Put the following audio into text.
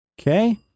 Okay